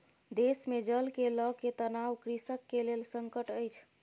देश मे जल के लअ के तनाव कृषक के लेल संकट अछि